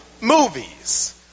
movies